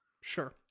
sure